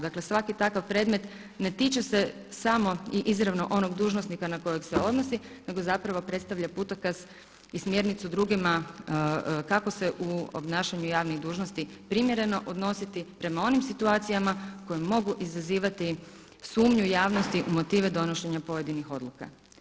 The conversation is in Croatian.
Dakle, svaki takav predmet ne tiče se samo i izravno onog dužnosnika na kojeg se odnosi nego zapravo predstavlja putokaz i smjernicu drugima kako se u obnašanju javnih dužnosti primjereno odnositi prema onim situacijama koje mogu izazivati sumnju javnosti u motive donošenja pojedinih odluka.